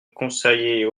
conseiller